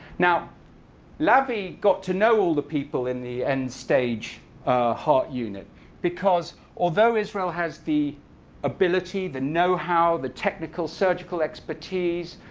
now lavie got to know all the people in the end-stage heart unit because although israel has the ability, the know-how, the technical surgical expertise,